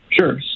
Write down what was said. sure